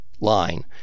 line